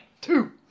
two